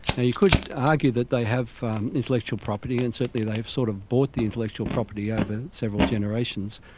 you could argue that they have intellectual property and certainly they have sort of bought the intellectual property over several generations.